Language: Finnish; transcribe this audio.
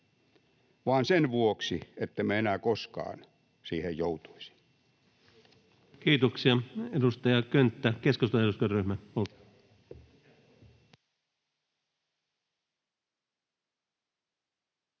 vaan sen vuoksi, ettemme enää koskaan siihen joutuisi. Kiitoksia. — Edustaja Könttä, keskustan eduskuntaryhmä,